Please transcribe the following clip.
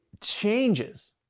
changes